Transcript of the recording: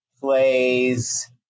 plays